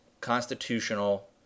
constitutional